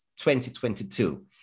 2022